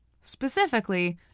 Specifically